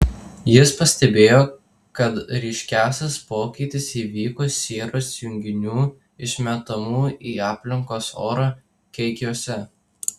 jis pastebėjo kad ryškiausias pokytis įvyko sieros junginių išmetamų į aplinkos orą kiekiuose